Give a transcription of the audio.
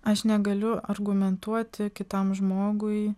aš negaliu argumentuoti kitam žmogui